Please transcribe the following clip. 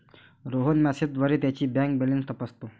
रोहन मेसेजद्वारे त्याची bank balance तपासतो